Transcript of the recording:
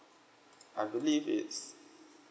I believe it's